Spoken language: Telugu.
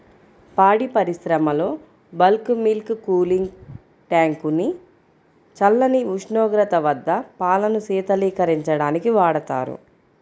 పాడి పరిశ్రమలో బల్క్ మిల్క్ కూలింగ్ ట్యాంక్ ని చల్లని ఉష్ణోగ్రత వద్ద పాలను శీతలీకరించడానికి వాడతారు